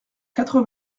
quatre